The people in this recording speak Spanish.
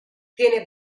tiene